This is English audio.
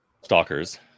Stalkers